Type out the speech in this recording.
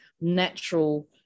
natural